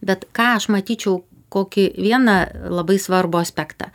bet ką aš matyčiau kokį vieną labai svarbų aspektą